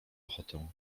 ochotę